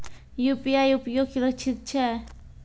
UPI उपयोग सुरक्षित छै?